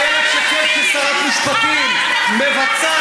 ואיילת שקד היא שרת משפטים מבצעת.